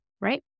right